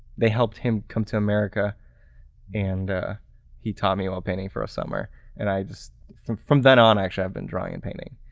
they helped him come to america and he taught me about painting for a summer and i just from from then on actually i've been drawing and painting.